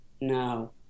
no